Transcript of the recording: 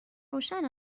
روشن